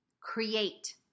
Create